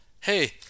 Hey